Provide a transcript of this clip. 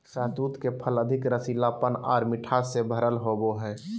शहतूत के फल अधिक रसीलापन आर मिठास से भरल होवो हय